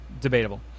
debatable